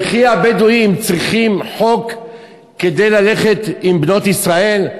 וכי הבדואים צריכים חוק כדי ללכת עם בנות ישראל?